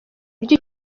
buryo